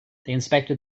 inspected